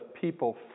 people